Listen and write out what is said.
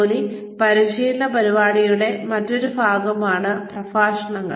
ജോലി പരിശീലന പരിപാടിയുടെ മറ്റൊരു മാർഗമാണ് പ്രഭാഷണങ്ങൾ